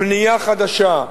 בנייה חדשה,